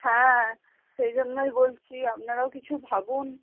হ্যাঁ সেই জন্যই বলছি আপনারাও কিছু ভাবুন